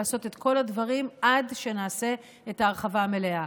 לעשות את כל הדברים עד שנעשה את ההרחבה המלאה.